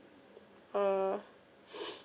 uh